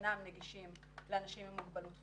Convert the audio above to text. שאינם נגישים לאנשים עם מוגבלות פיזית.